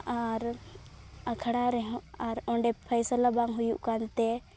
ᱟᱨ ᱟᱠᱷᱲᱟ ᱨᱮᱦᱚᱸ ᱟᱨ ᱚᱸᱰᱮ ᱯᱷᱟᱭᱥᱟᱞᱟ ᱵᱟᱝ ᱦᱩᱭᱩᱜ ᱠᱟᱱᱛᱮ